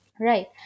Right